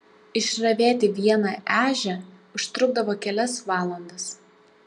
išravėti vieną ežią užtrukdavo kelias valandas